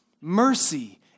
mercy